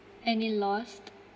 any lost